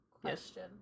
Question